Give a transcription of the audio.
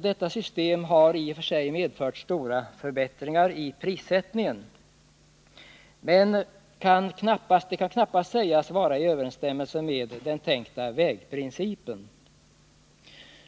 Detta system har i och för sig medfört stora förbättringar i prissättningen men kan knappast sägas vara i överensstämmelse med den tänkta vägprincipen.